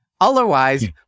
Otherwise